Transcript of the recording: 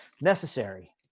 Necessary